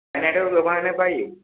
बायनायाथ' गोबाङानो बायो